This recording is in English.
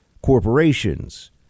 corporations